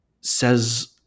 says